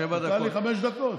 שבע דקות.